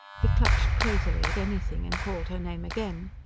he clutched crazily at anything, and called her name again.